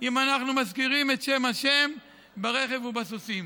אם אנחנו מזכירים את שם ה' ברכב ובסוסים.